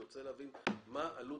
אני רוצה להבין מה עלות